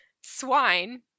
Swine